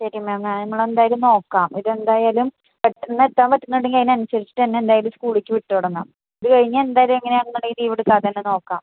ശരി മാം ആ ഞങ്ങളെന്തായാലും നോക്കാം ഇതെന്തായാലും പെട്ടന്നെത്താൻ പറ്റുന്നുണ്ടെങ്കിൽ അതിനനുസരിച്ചിട്ടന്നെ എന്തായാലും സ്കൂളിക്ക് വിട്ട് തുടങ്ങാം ഇത് കഴിഞ്ഞാൽ എന്തായാലും എങ്ങനെയാന്നുണ്ടെങ്കിൽ ലീവെടുക്കാതെ തന്നെ നോക്കാം